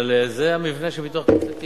אבל זה המבנה של ביטוח קבוצתי,